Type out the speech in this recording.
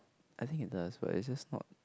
I think it does but it's just not